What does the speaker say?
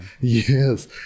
Yes